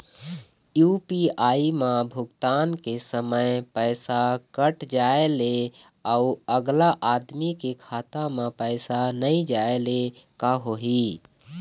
UPI म भुगतान के समय पैसा कट जाय ले, अउ अगला आदमी के खाता म पैसा नई जाय ले का होही?